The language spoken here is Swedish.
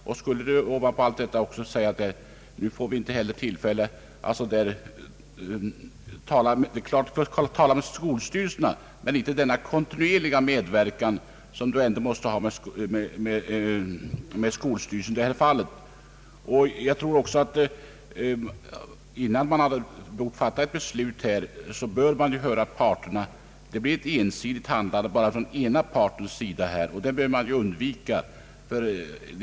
Lärarna kan naturligtvis tala med skolstyrelserna men en lärarrepresentation i skolstyrelserna skulle innebära en mer kontinuerlig medverkan. Jag tror också att man, innan man fattar ett beslut i denna fråga, bör höra parterna. Det blir annars ett ensidigt handlande från den ena partens sida, och detta bör undvikas.